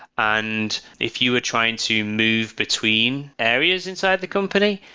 and if you were trying to move between areas inside the company,